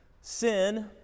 Sin